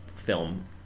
Film